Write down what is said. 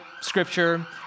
scripture